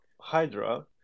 Hydra